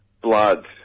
blood